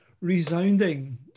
resounding